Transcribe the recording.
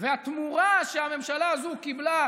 והתמורה שהממשלה הזו נתנה,